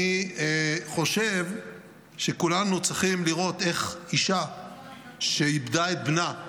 אני חושב שכולנו צריכים לראות איך אישה שאיבדה את בנה,